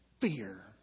fear